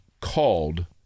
called